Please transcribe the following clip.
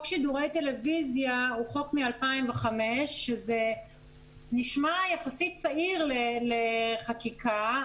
שידורי טלוויזיה הוא חוק מ-2005 שזה נשמע יחסית צעיר לחקיקה,